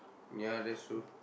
ya that's true